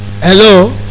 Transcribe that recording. Hello